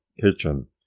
kitchen